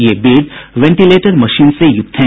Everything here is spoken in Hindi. ये बेड वेंटिलेटर मशीन से युक्त हैं